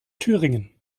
thüringen